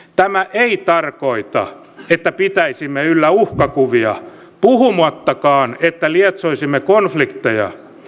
tämä ei tarkoita että pitäisimme yllä uhkakuvia puhumattakaan että lietsoisimme konflikteja